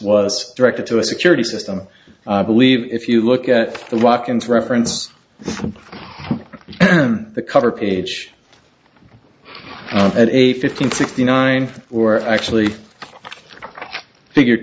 was directed to a security system believe if you look at the walk ins reference the cover page at eight fifteen sixty nine or actually figure